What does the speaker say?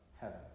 heaven